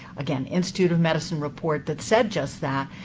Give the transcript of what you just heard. again, institute of medicine report that said just that,